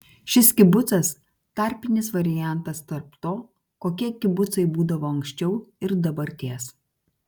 šis kibucas tarpinis variantas tarp to kokie kibucai būdavo anksčiau ir dabarties